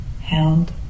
held